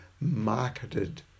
marketed